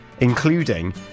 including